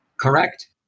Correct